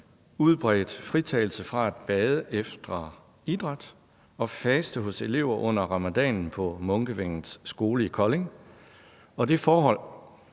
udbredt fritagelse fra at bade efter idræt og faste hos elever under ramadanen på Munkevængets Skole i Kolding og det forhold,